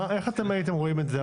איך הייתם רואים את זה?